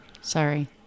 Sorry